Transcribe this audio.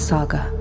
Saga